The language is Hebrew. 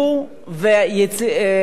אולי,